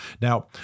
Now